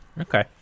okay